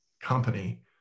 company